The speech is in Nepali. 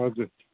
हजुर